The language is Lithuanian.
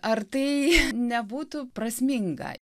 ar tai nebutų prasminga